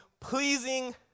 Pleasing